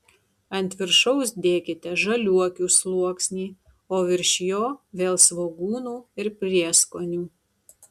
ant viršaus dėkite žaliuokių sluoksnį o virš jo vėl svogūnų ir prieskonių